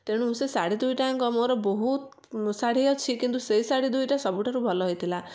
ତେଣୁ ସେ ଶାଢ଼ୀ ଦୁଇଟାଙ୍କ ମୋର ବହୁତ ଶାଢ଼ୀ ଅଛି କିନ୍ତୁ ସେଇ ଶାଢ଼ୀ ଦୁଇଟା ସବୁଠାରୁ ଭଲ ହୋଇଥିଲା